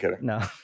no